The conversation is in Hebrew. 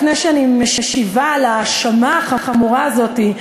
לפני שאני משיבה על ההאשמה החמורה הזאת,